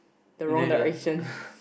the wrong direction